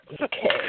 okay